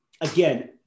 Again